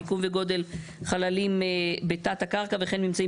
מיקום וגודל חללים בתת-הקרקע וכן ממצאים